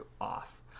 off